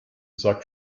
sack